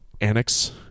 annex